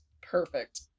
Perfect